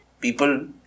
people